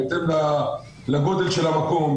בהתאם לגודל של המקום,